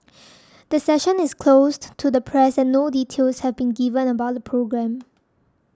the session is closed to the press and no details have been given about the programme